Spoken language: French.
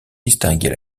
distinguer